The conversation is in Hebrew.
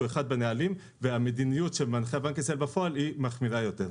אחד בנהלים והמדיניות שמנחה בנק ישראל בפועל היא מחמירה יותר.